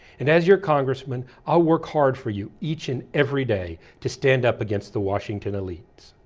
and as your congressman, i'll work hard for you each and every day to stand up against the washington elites.